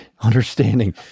understanding